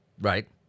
right